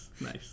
nice